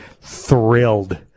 thrilled